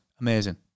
Amazing